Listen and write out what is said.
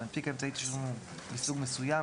המנפיק אמצעי תשלום מסוג מסוים,